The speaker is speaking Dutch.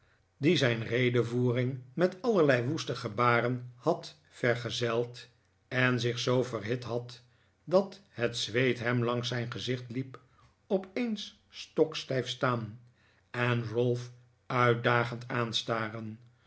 die zijn redevoering met allerlei woeste gebaren had vergezeld en zich zoo verhit had dat het zweet hem langs zijn gezicht hep op eens stokstijf staan en ralph uitdagend